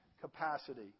capacity